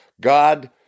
God